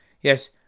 Yes